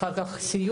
אחר כך סיור,